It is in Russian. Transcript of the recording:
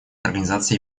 организации